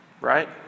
right